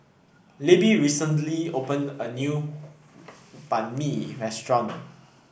Libbie recently opened a new Banh Mi restaurant